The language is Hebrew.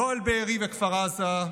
לא על בארי וכפר עזה,